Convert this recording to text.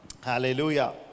hallelujah